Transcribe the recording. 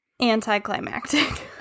anticlimactic